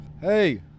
Hey